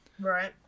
right